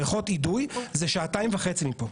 זה שעתיים וחצי מפה.